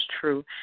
true